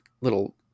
little